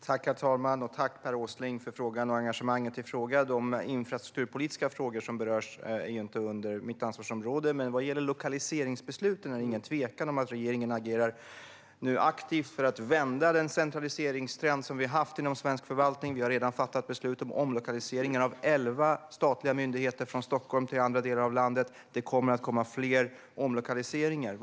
Herr talman! Tack, Per Åsling, för frågan och engagemanget! De infrastrukturpolitiska frågor som berörs är inte under mitt ansvarsområde. Men vad gäller lokaliseringsbesluten råder det ingen tvekan om att regeringen nu agerar aktivt för att vända den centraliseringstrend som vi har haft inom svensk förvaltning. Vi har redan fattat beslut om omlokaliseringar av elva statliga myndigheter från Stockholm till andra delar av landet, och fler omlokaliseringar kommer.